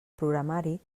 programari